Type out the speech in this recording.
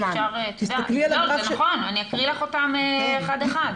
זה נכון, אני אקריא לך אחד אחד.